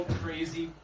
crazy